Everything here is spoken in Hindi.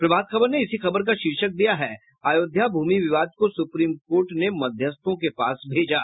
प्रभात खबर ने इसी खबर का शीर्षक दिया है अयोध्या भूमि विवाद को सुप्रीम कोर्ट ने मध्यस्थों के पास भेजा